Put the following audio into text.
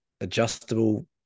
adjustable